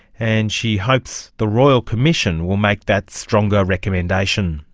and she hopes the royal commission will make that stronger recommendation.